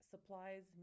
Supplies